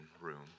room